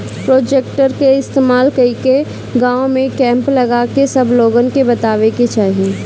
projector के इस्तेमाल कके गाँव में कैंप लगा के सब लोगन के बतावे के चाहीं